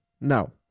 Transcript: No